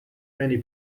many